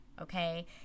okay